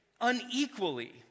unequally